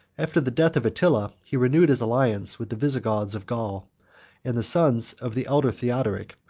after the death of attila, he renewed his alliance with the visigoths of gaul and the sons of the elder theodoric,